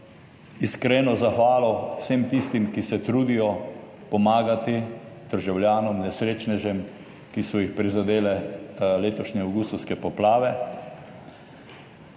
iskreno zahvalo vsem tistim, ki se trudijo pomagati državljanom, nesrečnežem, ki so jih prizadele letošnje avgustovske poplave,